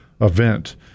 event